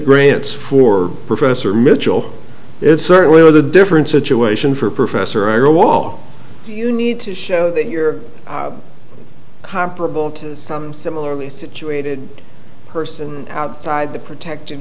grants for professor mitchell it certainly was a different situation for professor ira wall you need to show that you're comparable to some similarly situated person outside the protect